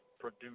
produce